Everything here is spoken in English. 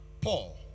Paul